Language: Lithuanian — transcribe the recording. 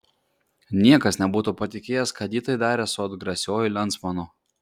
niekas nebūtų patikėjęs kad ji tai darė su atgrasiuoju lensmanu